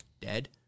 dead